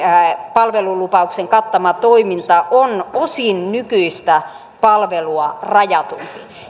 palvelulupauksen kattama toiminta on osin nykyistä palvelua rajatumpi